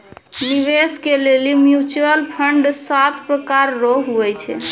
निवेश के लेली म्यूचुअल फंड सात प्रकार रो हुवै छै